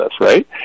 right